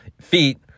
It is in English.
feet